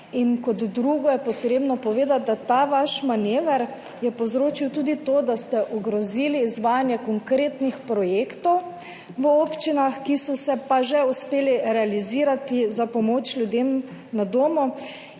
in kot drugo je treba povedati, da je ta vaš manever povzročil tudi to, da ste ogrozili izvajanje konkretnih projektov v občinah, ki so se pa že uspeli realizirati za pomoč ljudem na domu,